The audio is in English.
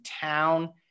town